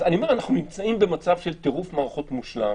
אנחנו נמצאים במצב של טירוף מערכות מושלם,